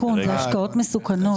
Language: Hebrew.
אלה השקעות מסוכנות.